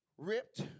Ripped